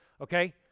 Okay